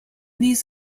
these